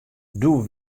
doe